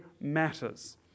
matters